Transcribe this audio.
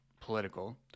political